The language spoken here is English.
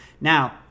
Now